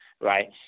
right